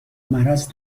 مرض